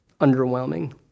underwhelming